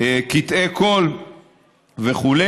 קטעי קול וכו'.